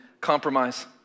Compromise